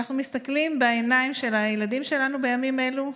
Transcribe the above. כשאנחנו מסתכלים בעיניים של הילדים שלנו בימים אלו,